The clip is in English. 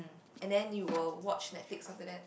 and then you will watch Netflix after that